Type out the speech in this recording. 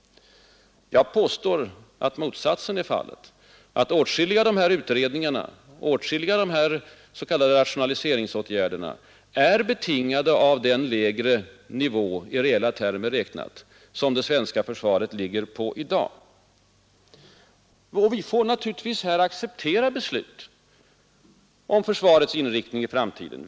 Jag påstår att motsatsen är fallet, att åtskilliga av dessa utredningar, åtskilliga av dessa s.k. rationaliseringsåtgärder är betingade av den lägre nivå i reella termer räknat som det svenska försvaret ligger på i dag. Vi får naturligtvis här acceptera besluten om försvarets inriktning i framtiden.